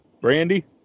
brandy